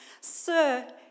Sir